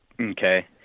Okay